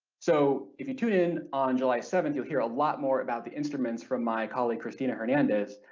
so if you tune in on july seventh you'll hear a lot more about the instruments from my colleague christina hernandez,